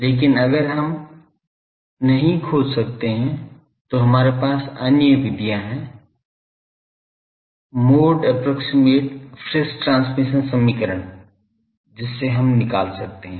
लेकिन अगर हम नहीं खोज सकते हैं तो हमारे पास अन्य विधियाँ हैं मोड अप्प्रोक्सिमेट फ्रीस ट्रांसमिशन समीकरण जिससे हम निकाल सकते हैं